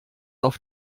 auf